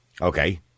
Okay